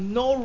no